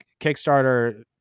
Kickstarter